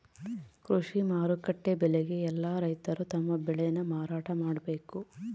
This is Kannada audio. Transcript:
ಕೃಷಿ ಮಾರುಕಟ್ಟೆ ಬೆಲೆಗೆ ಯೆಲ್ಲ ರೈತರು ತಮ್ಮ ಬೆಳೆ ನ ಮಾರಾಟ ಮಾಡ್ಬೇಕು